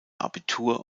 abitur